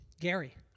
Gary